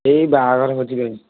ଏଇ ବାହାଘର ଭୋଜି ପାଇଁ